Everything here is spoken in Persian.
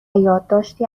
یادداشتی